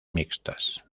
mixtas